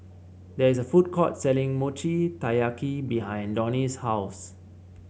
there is a food court selling Mochi Taiyaki behind Donie's house